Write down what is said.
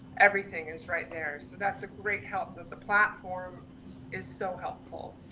everything is right there, so that's a great help that the platform is so helpful.